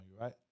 right